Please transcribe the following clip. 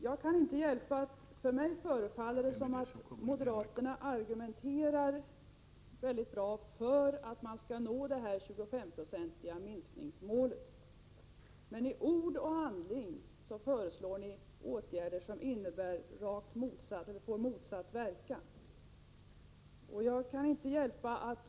Jag kan inte hjälpa att det förefaller mig som om moderaterna argumenterar mycket bra för att det 25-procentiga minskningsmålet skall nås men att de i ord och handling föreslår åtgärder som får rakt motsatt verkan.